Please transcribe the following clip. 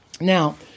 Now